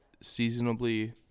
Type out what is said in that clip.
Seasonably